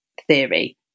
theory